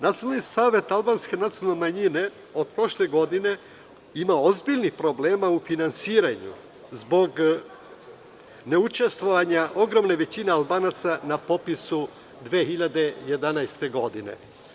Nacionalni savet albanske nacionalne manjine od prošle godine ima ozbiljnih problema u finansiranju zbog neučestvovanja ogromne većine Albanaca na popisu 2011. godine.